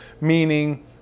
meaning